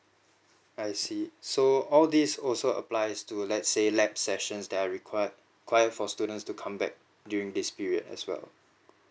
I see so all these also applies to let's say lab sessions they are required for students to come back during this period as well